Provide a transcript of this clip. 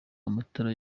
amatara